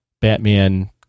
Batman